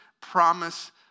promise